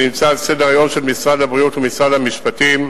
שנמצא על סדר-היום של משרד הבריאות ומשרד המשפטים,